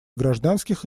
гражданских